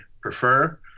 prefer